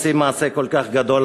עושים מעשה כל כך גדול.